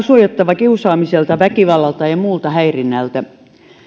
suojattava kiusaamiselta väkivallalta ja muulta häirinnältä